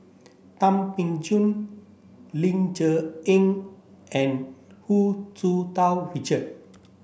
Thum Ping Tjin Ling Cher Eng and Hu Tsu Tau Richard